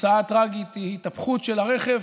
התוצאה הטרגית היא התהפכות של הרכב,